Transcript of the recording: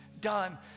done